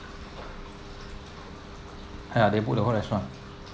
[ah[ they booked the whole restaurant